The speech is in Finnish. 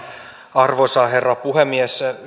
arvoisa herra puhemies